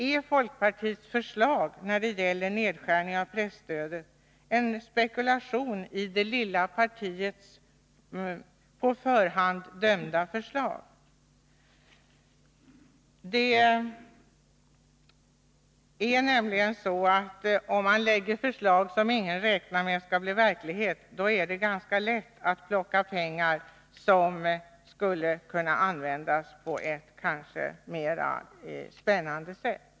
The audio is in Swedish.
Är folkpartiets förslag när det gäller nedskärning av presstödet en spekulation i det lilla partiets på förhand dömda förslag? Om man lägger fram förslag som ingen räknar med skall bli verklighet, är det ju ganska lätt att begära pengar som skulle kunna användas på ett kanske mera spännande sätt.